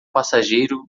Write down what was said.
passageiro